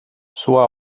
sua